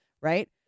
right